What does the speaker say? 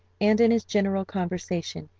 and in his general conversation,